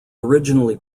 originally